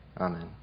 Amen